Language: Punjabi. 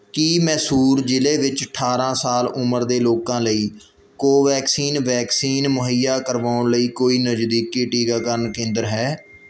ਕੀ ਮੈਸੂਰ ਜ਼ਿਲ੍ਹੇ ਵਿੱਚ ਅਠਾਰਾਂ ਸਾਲ ਉਮਰ ਦੇ ਲੋਕਾਂ ਲਈ ਕੋਵੈਕਸੀਨ ਵੈਕਸੀਨ ਮੁਹੱਈਆ ਕਰਵਾਉਣ ਲਈ ਕੋਈ ਨਜਦੀਕੀ ਟੀਕਾਕਰਨ ਕੇਂਦਰ ਹੈ